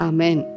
Amen